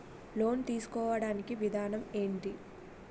Loan తీసుకోడానికి విధానం ఏంటి?